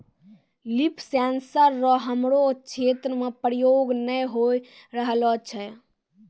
लिफ sensor रो हमरो क्षेत्र मे प्रयोग नै होए रहलो छै